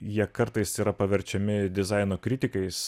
jie kartais yra paverčiami dizaino kritikais